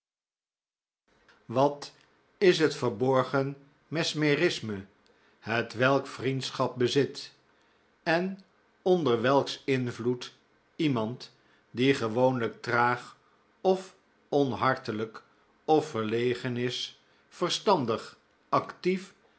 at is het verborgen mesmerisme hetwelk vriendschap bezit en onder welks invloed iemand die gewoonlijk traag of onhartelijk of verlegen is verstandig actief